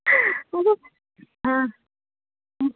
ꯑꯥ ꯎꯝ